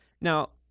Now